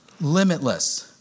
limitless